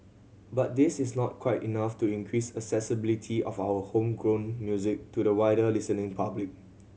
but this is not quite enough to increase accessibility of our homegrown music to the wider listening public